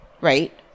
right